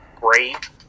great